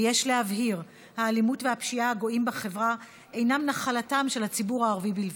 ויש להבהיר: האלימות והפשיעה הגואים אינם נחלתם של הציבור הערבי בלבד.